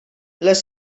les